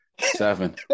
Seven